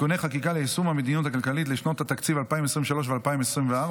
(תיקוני חקיקה ליישום המדיניות הכלכלית לשנות התקציב 2023 ו-2024)